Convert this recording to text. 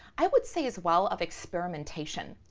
i would say as well, of experimentation.